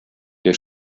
der